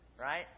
Right